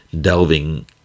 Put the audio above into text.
delving